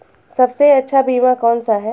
सबसे अच्छा बीमा कौन सा है?